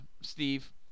Steve